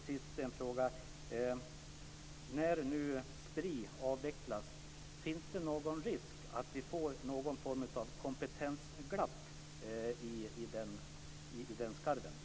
En sista fråga: Finns det risk för att det kommer att uppstå någon form av kompetensglapp när Spri nu ska avvecklas?